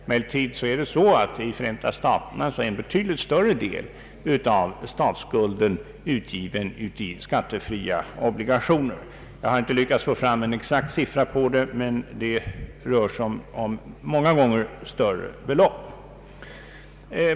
Emellertid är i Förenta staterna en betydligt större del av statsskulden än i Sverige utgiven i skattefria obligationer. Jag har inte lyckats få fram någon exakt siffra, men det rör sig om en många gånger större andel.